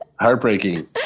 Heartbreaking